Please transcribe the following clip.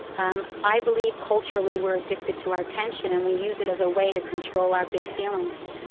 um i believe culturally we're addicted to our tension, and we use it as a way to control our big feelings.